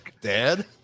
dad